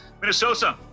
Minnesota